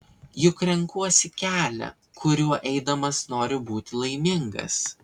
juk renkuosi kelią kuriuo eidamas noriu būti laimingas